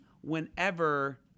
whenever